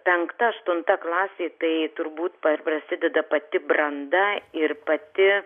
penkta aštunta klasė tai turbūt prasideda pati branda ir pati